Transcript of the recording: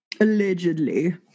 Allegedly